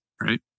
Right